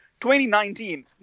2019